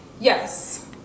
yes